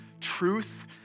truth